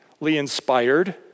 inspired